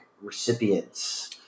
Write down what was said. recipients